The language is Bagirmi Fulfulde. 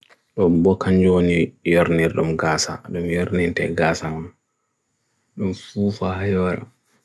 lo bo kanyo ni iernir dom gasa, dom iernir te gasa man dom fufa hai wara